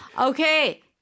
okay